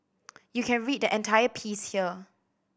you can read the entire piece here